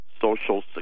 Social